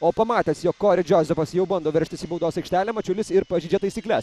o pamatęs jog kori džozefas jau bando veržtis į baudos aikštelę mačiulis ir pažeidžia taisykles